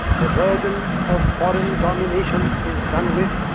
the burden of foreign domination is done with,